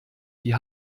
die